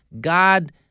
God